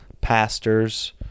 pastors